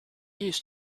used